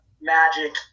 Magic